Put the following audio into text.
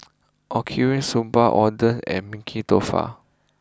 Okinawa Soba Oden and